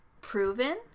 proven